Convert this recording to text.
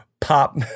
pop